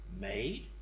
made